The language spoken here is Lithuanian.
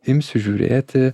imsiu žiūrėti